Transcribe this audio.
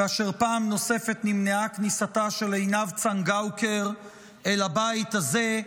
כאשר פעם נוספת נמנעה כניסתה של עינב צנגאוקר אל הבית הזה,